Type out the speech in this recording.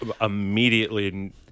immediately